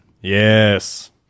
Yes